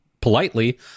politely